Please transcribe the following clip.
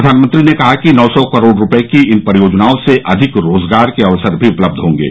प्रधानमंत्री ने कहा कि नौ सौ करोड़ रूपए की इन परियोजनाओं से अधिक रोजगार के अवसर भी उपलब्ध होंगे